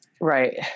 right